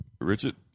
Richard